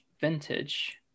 vintage